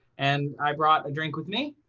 and i brought a drink with me.